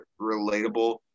relatable